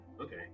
okay